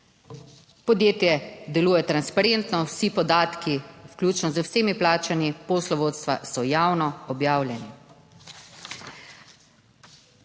Podjetje deluje transparentno, vsi podatki, vključno z vsemi plačami poslovodstva, so javno objavljeni.